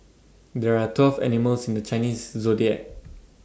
there are twelve animals in the Chinese Zodiac